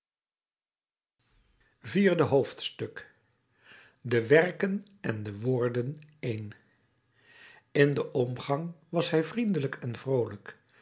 vierde hoofdstuk de werken en de woorden één in den omgang was hij vriendelijk en vroolijk